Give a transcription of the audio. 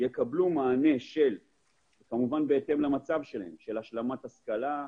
יקבלו מענה, כמובן בהתאם למצבם, של השלמת השכלה,